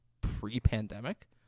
pre-pandemic